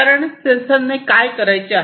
कारण सेन्सरने काय करायचे आहे